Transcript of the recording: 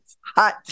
hot